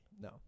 no